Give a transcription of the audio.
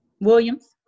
Williams